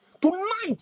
tonight